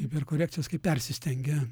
hiperkorekcijos kai persistengia